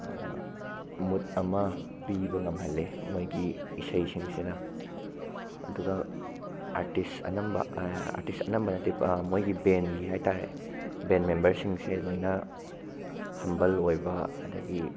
ꯃꯨꯠ ꯑꯃ ꯄꯤꯕ ꯉꯝꯍꯜꯂꯦ ꯃꯣꯏꯒꯤ ꯏꯁꯩꯁꯤꯡꯁꯤꯅ ꯑꯗꯨꯒ ꯑꯥꯔꯇꯤꯁ ꯑꯅꯝꯕ ꯑꯥꯔꯇꯤꯁ ꯑꯅꯝꯕꯅꯗꯤ ꯃꯣꯏꯒꯤ ꯕꯦꯟꯒꯤ ꯍꯥꯏꯇꯥꯔꯦ ꯕꯦꯟ ꯃꯦꯝꯕꯔꯁꯤꯡꯁꯦ ꯂꯣꯏꯅ ꯍꯝꯕꯜ ꯑꯣꯏꯕ ꯑꯗꯒꯤ